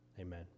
Amen